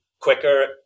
quicker